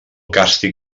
càstig